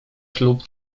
ślub